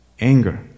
anger